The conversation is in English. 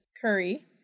curry